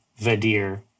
vadir